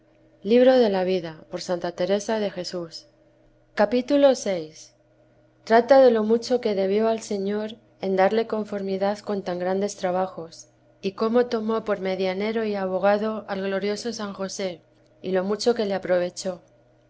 acaeció en este lugar que se fué a curar cap vi trata de lo mucho que debió al señor en darle conformidad con tan grandes trabajos y cómo tomó por medianero y abogado al glorioso san josé y lo mucho que le aprovechó